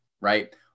right